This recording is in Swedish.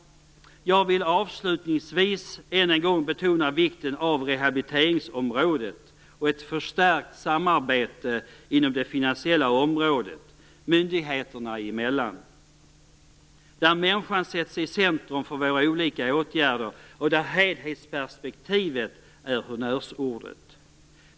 Jag vill avslutningsvis än en gång betona vikten av rehabiliteringsområdet och ett förstärkt samarbete inom det finansiella området myndigheter emellan, där människan sätts i centrum för våra olika åtgärder och där helhetsperspektivet är honnörsordet.